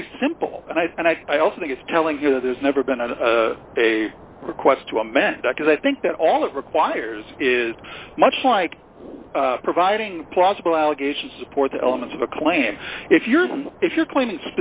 very simple and i and i i also think it's telling you that there's never been a request to amend that because i think that all it requires is much like providing plausible allegations support the elements of a claim if you're if you're claiming